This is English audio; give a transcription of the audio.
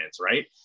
right